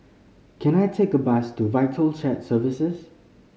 can I take a bus to Vital Shared Services